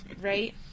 right